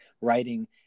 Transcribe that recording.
writing